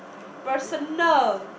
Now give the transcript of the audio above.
personal